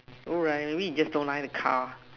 oh right maybe you just don't like the car